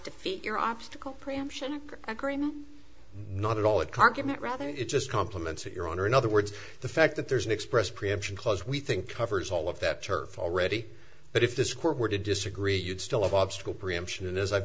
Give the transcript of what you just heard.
defeat your obstacle preemption not at all it can't give it rather it just complements it your honor in other words the fact that there's an express preemption clause we think covers all of that turf already but if this court were to disagree you'd still have obstacle preemption and as i've